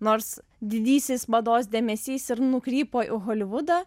nors didysis mados dėmesys ir nukrypo į holivudą